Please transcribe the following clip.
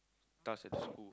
tasks at school